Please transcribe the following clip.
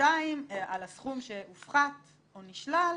ובי"ת להעביר את הסכום שהופחת או נשלל